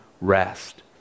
rest